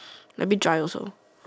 let me dry also